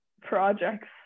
projects